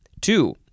Two